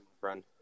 friend